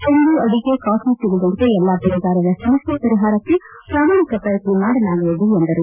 ತೆಂಗು ಅಡಿಕೆ ಕಾಫಿ ಸೇರಿದಂತೆ ಎಲ್ಲಾ ಬೆಳೆಗಾರರ ಸಮಸ್ಯೆ ಪರಿಹಾರಕ್ಕೆ ಪ್ರಾಮಾಣಿಕ ಪ್ರಯತ್ನ ಮಾಡಲಾಗುವುದು ಎಂದರು